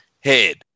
head